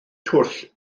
twll